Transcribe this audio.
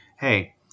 Hey